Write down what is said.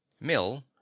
Mill